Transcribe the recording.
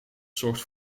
zorgt